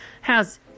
How's